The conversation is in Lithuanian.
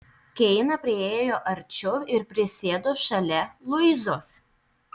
keina priėjo arčiau ir prisėdo šalia luizos